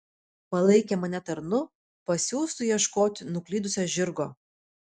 palaikė mane tarnu pasiųstu ieškoti nuklydusio žirgo